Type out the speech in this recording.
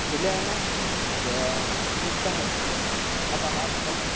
शिलेन वा युक्तं वर्तते अतः तं